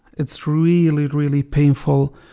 it's really, really painful,